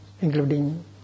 including